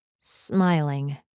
smiling